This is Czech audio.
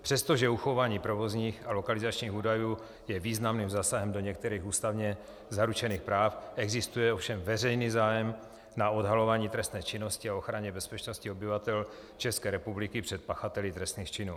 Přestože uchování provozních a lokalizačních údajů je významným zásahem do některých ústavně zaručených práv, existuje ovšem veřejný zájem na odhalování trestné činnosti a ochraně bezpečnosti obyvatel České republiky před pachateli trestných činů.